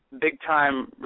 big-time